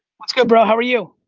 what's good bro, how are you?